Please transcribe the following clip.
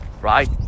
right